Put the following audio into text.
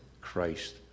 Christ